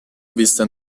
visto